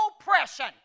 oppression